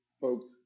folks